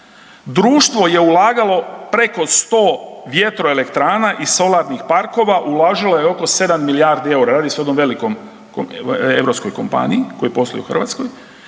Društvo je ulagalo preko 100 vjetroelektrana i solarnih parkova, uložilo je oko 7 milijardi eura, radi se o jednom velikoj europskoj kompaniji koji posluje u Hrvatskoj